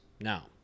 now